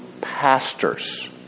pastors